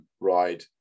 ride